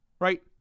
Right